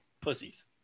Pussies